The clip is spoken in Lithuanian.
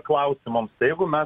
klausimams tai jeigu mes